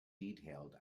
detail